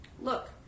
look